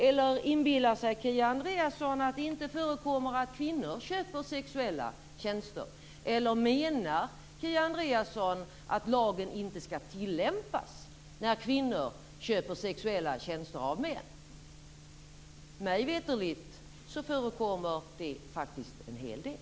Eller inbillar sig Kia Andreasson att det inte förekommer att kvinnor köper sexuella tjänster? Eller menar Kia Andreasson att lagen inte skall tillämpas när kvinnor köper sexuella tjänster av män? Mig veterligt förekommer det faktiskt en hel del.